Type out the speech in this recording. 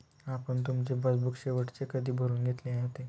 आपण तुमचे पासबुक शेवटचे कधी भरून घेतले होते?